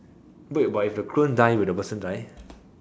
wait but if the clone die will the person die